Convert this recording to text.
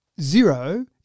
zero